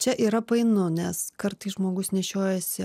čia yra painu nes kartais žmogus nešiojasi